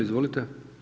Izvolite.